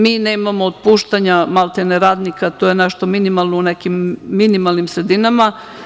Mi nemamo otpuštanja, maltene, radnika, nešto minimalno u nekim minimalnim sredinama.